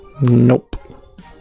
Nope